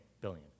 billion